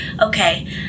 okay